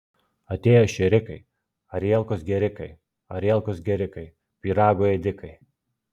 atėjo šėrikai arielkos gėrikai arielkos gėrikai pyrago ėdikai